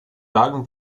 lagen